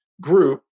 group